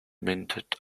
minted